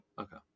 Okay